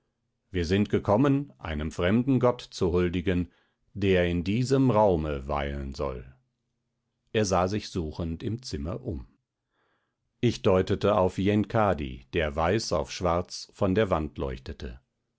wir sind gekommen einem fremden gott zu huldigen der in diesem raume weilen soll er sah sich suchend im zimmer um ich deutete auf yenkadi der weiß auf schwarz von der wand leuchtete